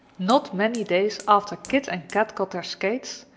not many days after kit and kat got their skates,